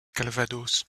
calvados